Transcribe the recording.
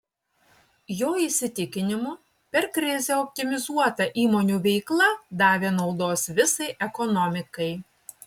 jo įsitikinimu per krizę optimizuota įmonių veikla davė naudos visai ekonomikai